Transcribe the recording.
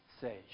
say